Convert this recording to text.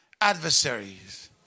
adversaries